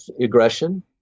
aggression